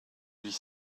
huit